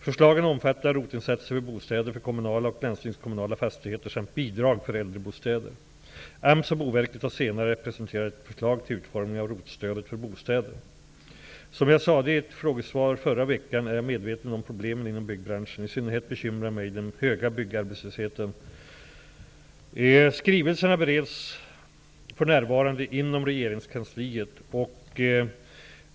Förslagen omfattar ROT-insatser för bostäder, för kommunala och landstingskommunala fastigheter samt bidrag för äldrebostäder. AMS och Boverket har senare presenterat ett förslag till utformning av Som jag sade i ett frågesvar förra veckan är jag medveten om problemen inom byggbranschen. I synnerhet bekymrar mig den höga arbetslösheten bland byggnadsarbetarna. Skrivelserna bereds således för närvarande inom regeringskansliet.